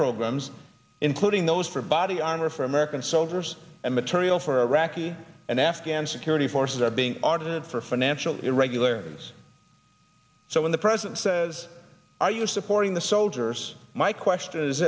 programs including those for body armor for american soldiers and material for iraqi and afghan security forces are being audited for financial irregularities so when the president says are you supporting the soldiers my question is